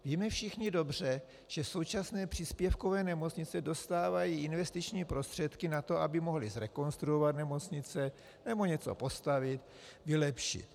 Víme všichni dobře, že současné příspěvkové nemocnice dostávají investiční prostředky na to, aby mohly zrekonstruovat nemocnice nebo něco postavit, vylepšit.